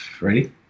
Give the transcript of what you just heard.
ready